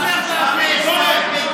אתה לא תצליח להבין, גולם.